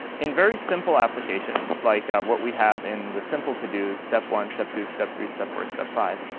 in very simple applications, like what we have in the simple to do, step one, step two, step three, step four, step five,